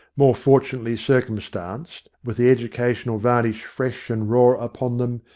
more fortunately circum stanced, with the educational varnish fresh and raw upon them,